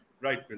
Right